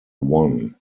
won